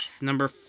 Number